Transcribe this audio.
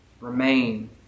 remain